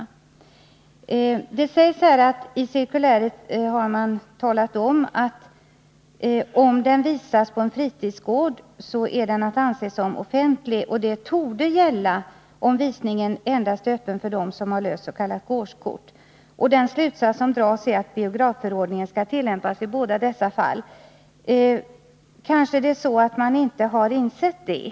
I utbildningsministerns svar sägs att Kommunförbundet i en till cirkuläret fogad PM har talat om att en filmvisning på en fritidsgård är att anse som offentlig. Samma sak torde gälla om visningen endast är öppen för dem som harlöst ss.k. gårdskort. Den slutsats som dras är att biografförordningen skall tillämpas i båda dessa fall. Kanske har man på ungdomsoch fritidsgårdarna inte insett detta.